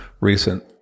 recent